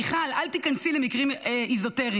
"מיכל, אל תיכנסי למקרים אזוטריים".